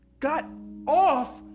got off?